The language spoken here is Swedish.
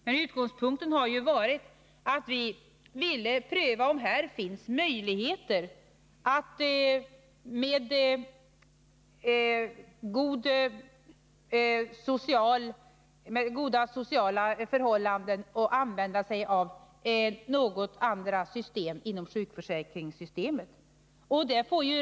Men utgångspunkten har varit att vi vill pröva om det finns möjligheter att med bibehållna goda sociala förhållanden använda några andra system än det nuvarande sjukförsäkringssystemet.